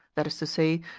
that is to say,